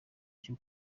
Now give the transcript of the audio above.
cyo